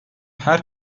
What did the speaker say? her